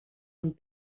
amb